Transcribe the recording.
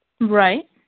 Right